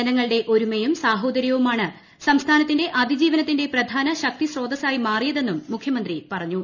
ജനങ്ങളുടെ ഒരുമയും സാഹോദര്യവുമാണ് സംസ്ഥാനത്തിന്റെ അതിജീവനത്തിന്റെ പ്രധാന ശക്തിസ്രോതസ്സായി മാറിയതെന്നും മുഖ്യമന്ത്രി പറഞ്ഞു